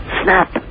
snap